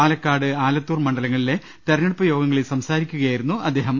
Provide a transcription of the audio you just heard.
പാലക്കാട് ആലത്തൂർ മണ്ഡലങ്ങളിലെ തെരെഞ്ഞെടുപ്പ് യോഗങ്ങളിൽ സംസാരിക്കു കയായിരുന്നു അദ്ദേഹം